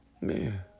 Man